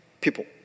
people